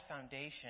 foundation